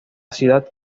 ciudad